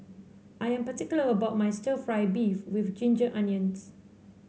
I am particular about my stir fry beef with Ginger Onions